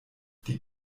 die